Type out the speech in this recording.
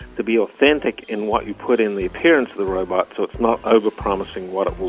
to be authentic in what you put in the appearance of the robot so it's not over-promising what